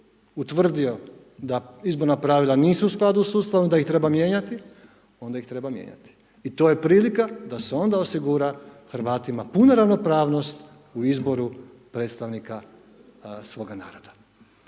utvrdio da izborna pravila nisu u skladu s Ustavom, da ih treba mijenjati, onda ih treba mijenjati. I to je prilika da se onda osigura Hrvatima puna ravnopravnost u izboru predstavnika svoga naroda.